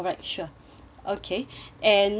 okay and ya